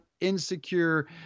insecure